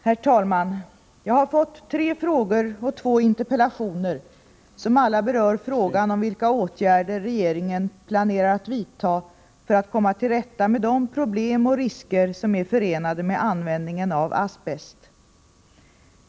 Herr talman! Jag har fått tre frågor och två interpellationer som alla berör frågan om vilka åtgärder regeringen planerar att vidta för att komma till rätta med de problem och risker som är förenade med användningen av asbest.